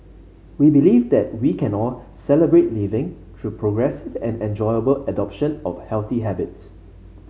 we believe that we can all Celebrate Living through progressive and enjoyable adoption of healthy habits